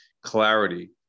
clarity